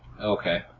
Okay